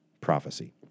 prophecy